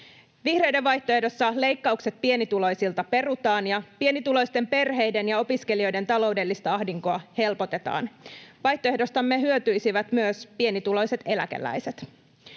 Vihreiden vaihtoehdossa leikkaukset pienituloisilta perutaan ja pienituloisten perheiden ja opiskelijoiden taloudellista ahdinkoa helpotetaan. Vaihtoehdostamme hyötyisivät myös pienituloiset eläkeläiset.